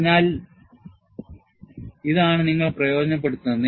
അതിനാൽ ഇതാണ് നിങ്ങൾ പ്രയോജനപ്പെടുത്തുന്നത്